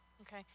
Okay